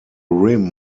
rim